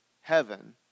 heaven